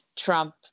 Trump